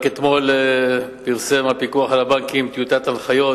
רק אתמול פרסם הפיקוח על הבנקים טיוטת הנחיות